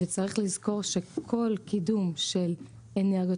וצריך לזכור שכל קידום של אנרגיות